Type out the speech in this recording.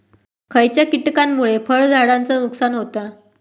खयच्या किटकांमुळे फळझाडांचा नुकसान होता?